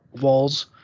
walls